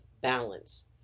balance